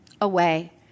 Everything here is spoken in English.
away